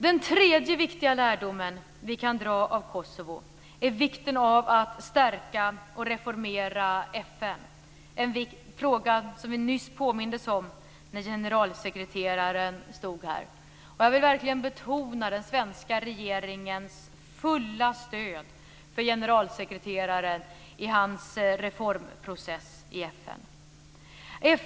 Den tredje viktiga lärdomen vi kan dra av Kosovo är vikten av att stärka och reformera FN, en fråga som vi nyss påmindes om när generalsekreteraren stod här. Jag vill verkligen betona den svenska regeringens fulla stöd för generalsekreteraren i hans reformprocess i FN.